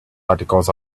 articles